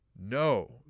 no